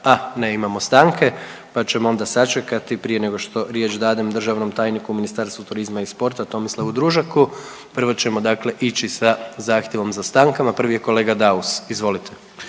a ne imamo stanke pa ćemo onda sačekati prije nego što riječ dadem državnom tajniku u Ministarstvu turizma i sporta Tomislavu Družaku. Prvo ćemo dakle ići sa zahtjevom za stankama. Prvi je kolega Daus, izvolite.